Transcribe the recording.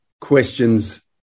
questions